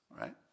right